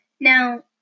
Now